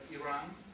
Iran